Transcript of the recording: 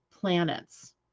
planets